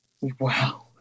Wow